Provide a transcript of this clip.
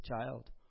child